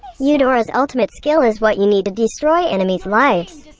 eudora's ultimate skill is what you need to destroy enemies' lives.